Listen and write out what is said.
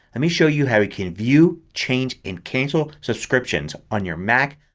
let me show you how you can view, change, and cancel subscriptions on your mac,